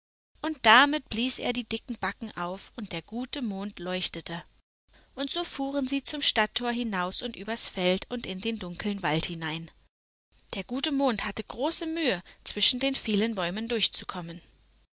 und damit blies er die backen auf und der gute alte mond leuchtete und so fuhren sie zum stadttor hinaus und übers feld und in den dunkeln wald hinein der gute mond hatte große mühe zwischen den vielen bäumen durchzukommen